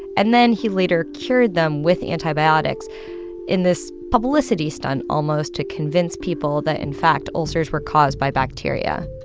and then he later cured them with antibiotics in this publicity stunt, almost, to convince people that, in fact, ulcers were caused by bacteria